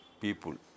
people